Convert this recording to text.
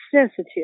sensitive